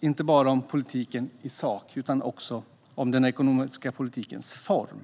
inte bara om politiken i sak, utan också om den ekonomiska politiken i form.